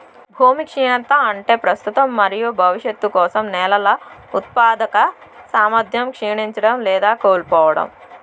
భూమి క్షీణత అంటే ప్రస్తుత మరియు భవిష్యత్తు కోసం నేలల ఉత్పాదక సామర్థ్యం క్షీణించడం లేదా కోల్పోవడం